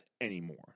anymore